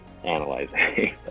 analyzing